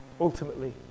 ultimately